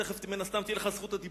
תיכף מן הסתם תהיה לך רשות הדיבור,